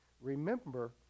remember